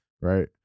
Right